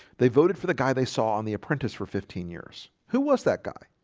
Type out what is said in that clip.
they voted for the guy they saw on the apprentice for fifteen years. who was that guy?